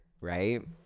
right